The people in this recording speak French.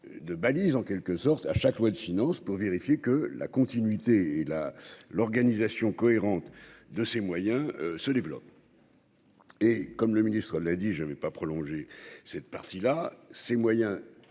de balises en quelque sorte à chaque loi de finances pour vérifier que la continuité et la l'organisation cohérente de ces moyens se développent. Et comme le ministre l'a dit, je ne vais pas prolonger cette partie-là, ces moyens